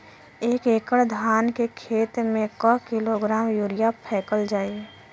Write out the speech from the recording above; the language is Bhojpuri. एक एकड़ धान के खेत में क किलोग्राम यूरिया फैकल जाई?